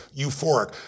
euphoric